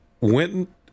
went